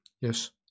Yes